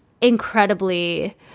incredibly